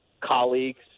colleagues